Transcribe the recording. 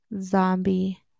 zombie